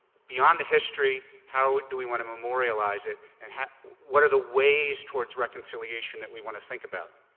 beyond the history how do we want to memorialize it and what are the ways towards reconciliation that we want to think about.